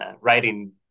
writing